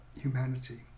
humanity